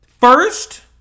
first